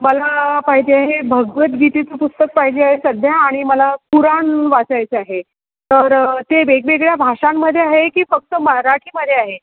मला पाहिजे आहे भगवद्गीतेचं पुस्तक पाहिजे आहे सध्या आणि मला कुराण वाचायचं आहे तर ते वेगवेगळ्या भाषांमध्ये आहे की फक्त मराठीमध्ये आहे